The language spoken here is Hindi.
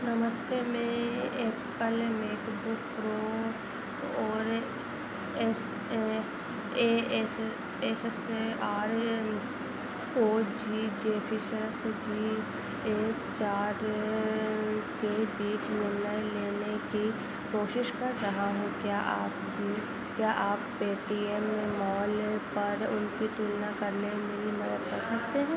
नमस्ते मे एप्पल मेकबुक प्रो और S A S Asus R O G Zephyrus G एक चार के बीच निर्णय लेने की कोशिश कर रहा हूँ क्या आप क्या आप पेटीएम मॉल पर उनकी तुलना करने में मेरी मदद कर सकते हैं